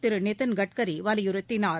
திரு நிதின் கட்கரி வலியுறுத்தினார்